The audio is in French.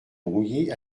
brouillé